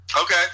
Okay